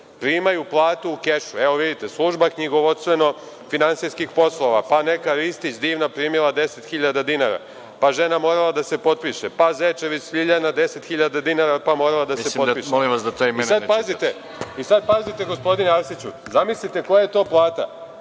primaju platu u kešu, evo, vidite, služba knjigovodstveno-finansijskih poslova, pa neka Ristić Divna primila 10.000 dinara, pa žena morala da se potpiše, pa Zečević Ljiljana 10.000 dinara, pa morala da se potpiše. **Veroljub Arsić** Molim vas da ta